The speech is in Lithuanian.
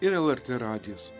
ir lrt radijas